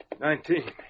Nineteen